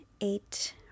eight